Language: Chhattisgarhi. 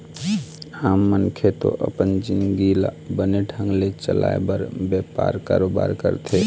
आम मनखे तो अपन जिंनगी ल बने ढंग ले चलाय बर बेपार, कारोबार करथे